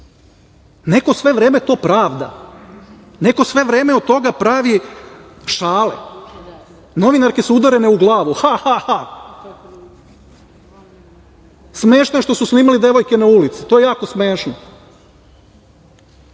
Neko sve vreme to pravda. Neko sve vreme od toga pravi šale. Novinarke su udarene u glavu – ha, ha, ha. Smešno je što snimali devojke na ulici, to je jako smešno. Problem